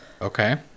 Okay